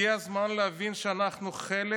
הגיע הזמן להבין שאנחנו חלק